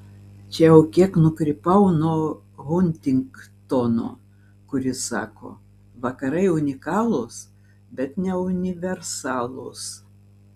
čia jau kiek nukrypau nuo huntingtono kuris sako vakarai unikalūs bet ne universalūs